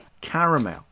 caramel